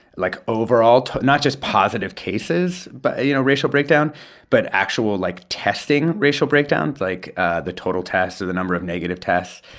like, overall, not just positive cases but, you know, racial breakdown but actual, like, testing racial breakdowns like the total tests to the number of negative tests.